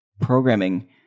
programming